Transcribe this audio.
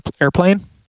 airplane